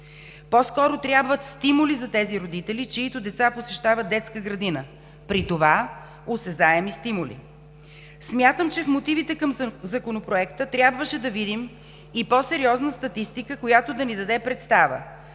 По-скоро трябват стимули за тези родители, чиито деца посещават детска градина, при това осезаеми стимули. Смятам, че в мотивите към Законопроекта трябваше да видим и по-сериозна статистика, която да ни даде представа